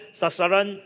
sasaran